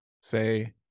say